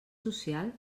social